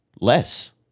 less